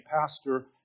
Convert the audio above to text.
Pastor